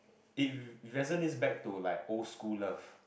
it resonates back to like old school love